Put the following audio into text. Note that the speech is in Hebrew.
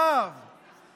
עולם הדוגמנות הוא עולם פרוץ,